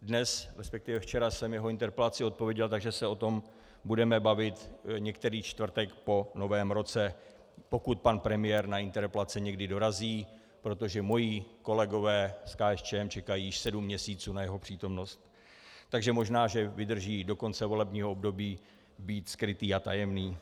Dnes, resp. včera mně na interpelaci odpověděl, takže se o tom budeme bavit některý čtvrtek po Novém roce, pokud pan premiér na interpelace někdy dorazí, protože mí kolegové z KSČM čekají již sedm měsíců na jeho přítomnost, takže možná že vydrží do konce volebního období být skrytý a tajemný.